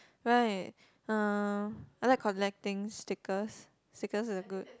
right uh I like collecting stickers stickers are good